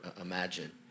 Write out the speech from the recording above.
imagine